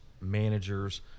managers